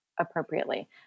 appropriately